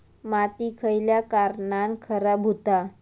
माती खयल्या कारणान खराब हुता?